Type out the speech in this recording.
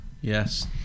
yes